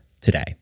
today